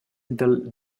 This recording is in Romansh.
dal